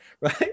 Right